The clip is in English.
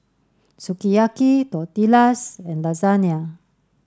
Sukiyaki Tortillas and Lasagne